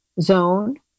zone